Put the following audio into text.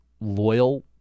loyal